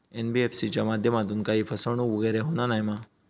NBFC च्या माध्यमातून काही फसवणूक वगैरे होना नाय मा?